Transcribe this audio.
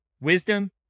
wisdom